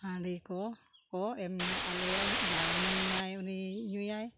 ᱦᱟᱺᱰᱤ ᱠᱚᱠᱚ ᱮᱢ ᱧᱚᱜ ᱟᱞᱮᱭᱟ ᱡᱟᱦᱟᱸᱭᱮ ᱧᱩᱭᱟ ᱩᱱᱤᱭ ᱧᱩᱭᱟ